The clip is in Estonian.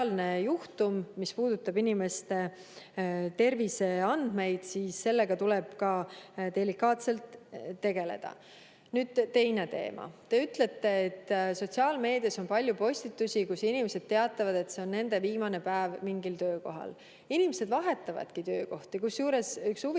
mis puudutab inimeste terviseandmeid, siis sellega tuleb ka delikaatselt tegeleda. Nüüd teine teema. Te ütlete, et sotsiaalmeedias on palju postitusi, kus inimesed teatavad, et see on nende viimane päev mingil töökohal. Inimesed vahetavadki töökohti. On näiteks üks huvitav